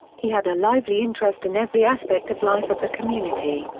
he had a lively interest in every aspect of life of the community,